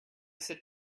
sit